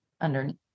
underneath